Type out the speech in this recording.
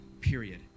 period